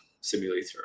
simulator